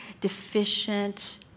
deficient